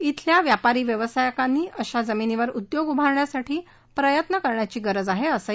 येथील व्यापारी व्यावसायिकांनी अशा जमिनीवर उद्योग उभारण्यासाठी प्रयत्न करण्याची गरज आहे असंही